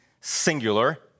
singular